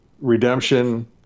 Redemption